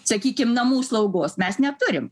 sakykim namų slaugos mes neturim